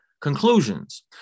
Conclusions